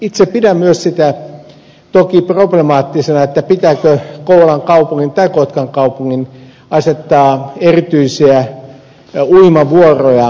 itse pidän myös sitä toki problemaattisena pitääkö kouvolan kaupungin tai kotkan kaupungin asettaa erityisiä uimavuoroja musliminaisille